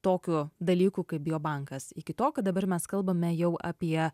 tokiu dalyku kaip biobankas iki to kad dabar mes kalbame jau apie